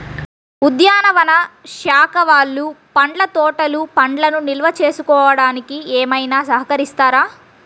ఉద్యానవన శాఖ వాళ్ళు పండ్ల తోటలు పండ్లను నిల్వ చేసుకోవడానికి ఏమైనా సహకరిస్తారా?